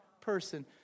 person